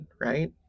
right